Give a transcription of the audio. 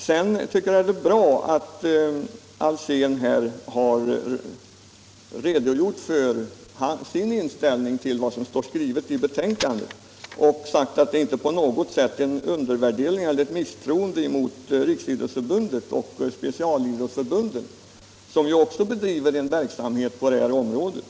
Sedan tycker jag att det är bra att herr Alsén har redogjort för sin inställning till vad som står i betänkandet och sagt att det inte på något sätt innebär ett misstroende mot Riksidrottsförbundet och specialidrottsförbunden, som också bedriver verksamhet på det här området.